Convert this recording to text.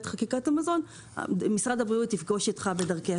חקיקת המזון - משרד הבריאות יפגוש אותו בדרכי